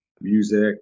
music